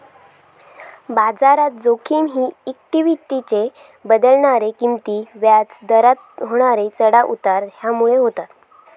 बाजारात जोखिम ही इक्वीटीचे बदलणारे किंमती, व्याज दरात होणारे चढाव उतार ह्यामुळे होता